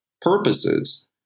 purposes